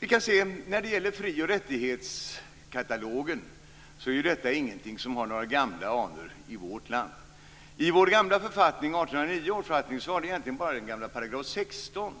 Vi kan se att fri och rättighetskatalogen inte är något som har gamla anor i vårt land. I vår gamla författning, 1809 års författning, var det egentligen bara den gamla 16